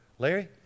Larry